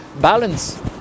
balance